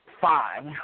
five